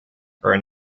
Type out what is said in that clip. are